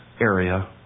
area